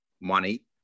money